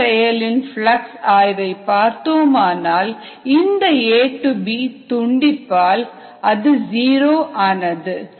இந்த செயலின் பிளக்ஸ் ஆய்வை பார்த்தோம் என்றால் இந்த A B துண்டிப்பால் அது ஜீரோ ஆனது